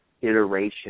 iteration